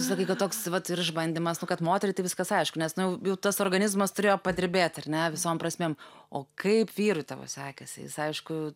sakai kad toks vat ir išbandymas nu kad moteriai tai viskas aišku nes nu jau tas organizmas turėjo padirbėt ar ne visom prasmėm o kaip vyrui tavo sekėsi jis aišku